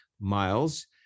Miles